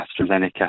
AstraZeneca